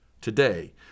today